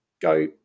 go